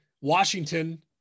Washington